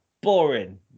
boring